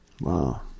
wow